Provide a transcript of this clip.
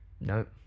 nope